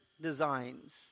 designs